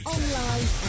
Online